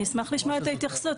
אני אשמח לשמוע את ההתייחסות.